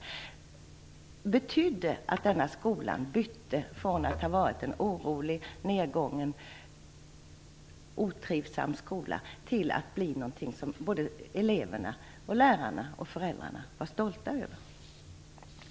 Detta betydde att skolan från att ha varit orolig, nedgången och otrivsam blev något som både eleverna, lärarna och föräldrarna var stolta över.